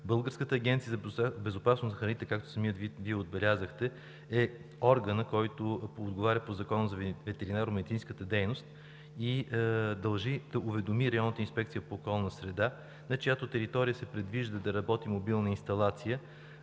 Българската агенция за безопасност на храните, както самият Вие отбелязахте, е органът, който отговаря по Закона за ветеринарномедицинската дейност, и дължи да уведоми Районната инспекция по околна среда, на чиято територия се предвижда да работи мобилна инсталация